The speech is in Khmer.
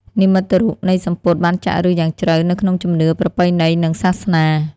និមិត្តរូបនៃសំពត់បានចាក់ឫសយ៉ាងជ្រៅនៅក្នុងជំនឿប្រពៃណីនិងសាសនា។